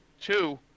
two